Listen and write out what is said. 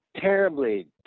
terribly